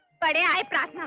but i